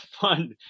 fun